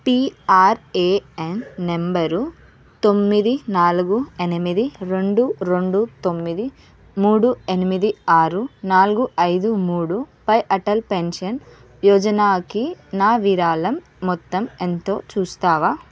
PRAN number తొమ్మిది నాలుగు ఎనిమిది రెండు రెండు తొమ్మిది మూడు ఎనిమిది ఆరు నాలుగు ఐదు మూడుపై అటల్ పెన్షన్ యోజనాకి నా విరాళం మొత్తం ఎంతో చూస్తావా